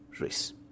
race